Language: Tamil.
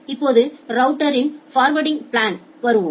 இப்போது ரவுட்டரின் ஃபார்வேடிங் பிளேனுக்கு வருவோம்